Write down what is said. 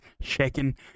shaking